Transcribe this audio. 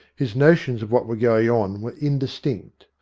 his notions of what were going on were indistinct,